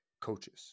coaches